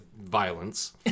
violence